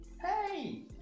Hey